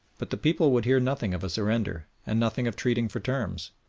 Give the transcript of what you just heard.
but the people would hear nothing of a surrender, and nothing of treating for terms.